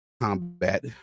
combat